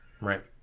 Right